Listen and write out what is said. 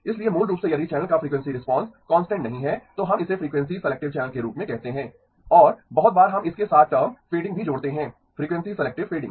इसलिए मूल रूप से यदि चैनल का फ्रीक्वेंसी रिस्पांस कांस्टेंट नहीं है तो हम इसे फ्रीक्वेंसी सेलेक्टिव चैनल के रूप में कहते हैं और बहुत बार हम इसके साथ टर्म फ़ेडिंग भी जोड़ते हैं फ्रीक्वेंसी सेलेक्टिव फ़ेडिंग